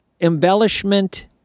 Embellishment